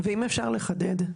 ואם אפשר לחדד,